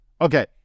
Okay